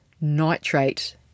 nitrate